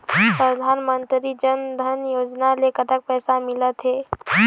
परधानमंतरी जन धन योजना ले कतक पैसा मिल थे?